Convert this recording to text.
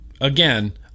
Again